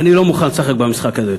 אני לא מוכן לשחק במשחק הזה.